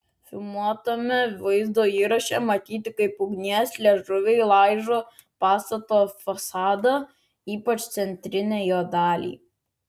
filmuotame vaizdo įraše matyti kaip ugnies liežuviai laižo pastato fasadą ypač centrinę jo dalį